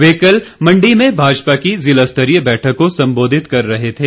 वे कल मंडी में भाजपा की ज़िला स्तरीय बैठक को संबोधित कर रहे थे